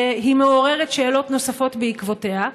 היא מעוררת שאלות נוספות בעקבותיה,